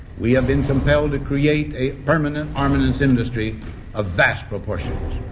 we have been compelled to create a permanent armaments industry of vast proportions.